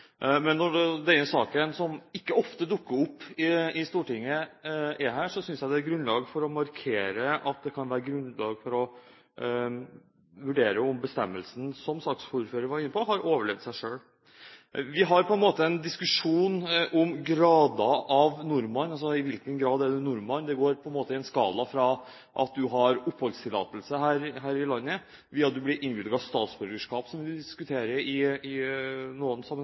Men når en slik sak – som ikke ofte dukker opp i Stortinget – er her, synes jeg det er grunn til å markere at det kan være grunnlag for å vurdere om bestemmelsen, som saksordføreren var inne på, har overlevd seg selv. Vi har på en måte en diskusjon om grader av det å være nordmann – i hvilken grad er en nordmann? Det går på en måte på en skala, fra at du har oppholdstillatelse her i landet, via det at du blir innvilget statsborgerskap, som vi diskuterer i noen